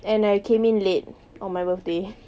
and I came in late on my birthday